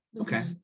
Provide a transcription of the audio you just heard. Okay